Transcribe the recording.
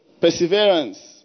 Perseverance